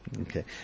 Okay